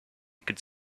could